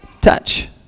touch